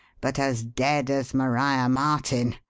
but as dead as maria martin.